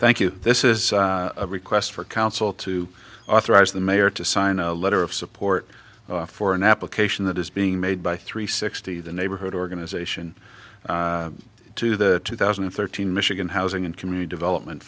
thank you this is a request for counsel to authorize the mayor to sign a letter of support for an application that is being made by three sixty the neighborhood organization to the two thousand and thirteen michigan housing and community development